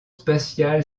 spatial